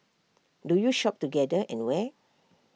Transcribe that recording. do you shop together and where